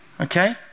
okay